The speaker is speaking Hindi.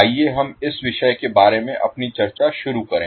आइए हम विषय के बारे में अपनी चर्चा शुरू करें